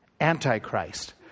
Antichrist